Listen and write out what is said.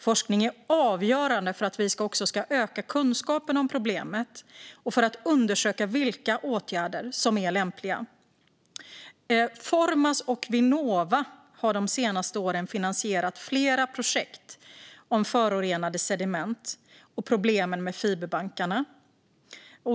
Forskning är avgörande för att öka kunskapen om problemet och för att undersöka vilka åtgärder som är lämpliga. Formas och Vinnova har de senaste åren finansierat flera projekt om förorenade sediment och problemen med fiberbankarna.